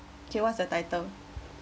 okay what's the title